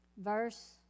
verse